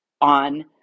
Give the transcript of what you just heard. on